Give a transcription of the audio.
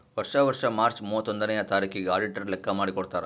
ವರ್ಷಾ ವರ್ಷಾ ಮಾರ್ಚ್ ಮೂವತ್ತೊಂದನೆಯ ತಾರಿಕಿಗ್ ಅಡಿಟರ್ ಲೆಕ್ಕಾ ಮಾಡಿ ಕೊಡ್ತಾರ್